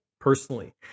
personally